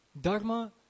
Dharma